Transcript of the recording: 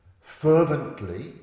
fervently